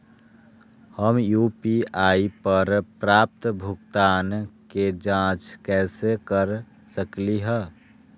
हम यू.पी.आई पर प्राप्त भुगतान के जाँच कैसे कर सकली ह?